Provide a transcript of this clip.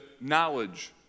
knowledge